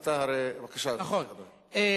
אתה הרי, בבקשה, אדוני.